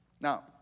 Now